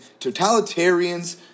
totalitarians